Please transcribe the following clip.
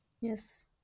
Yes